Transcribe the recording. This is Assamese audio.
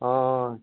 অঁ